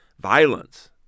violence